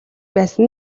байсан